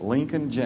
Lincoln